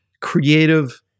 creative